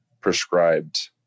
prescribed